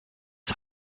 his